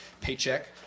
paycheck